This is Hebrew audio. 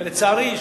ולצערי,